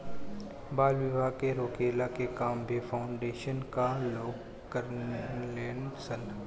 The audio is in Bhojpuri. बाल विवाह के रोकला के काम भी फाउंडेशन कअ लोग करेलन सन